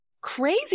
crazy